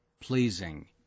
Pleasing